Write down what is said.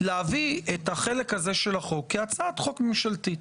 להביא את החלק הזה של החוק כהצעת חוק ממשלתית.